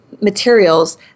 materials